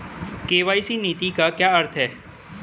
KYC नीति का क्या अर्थ है?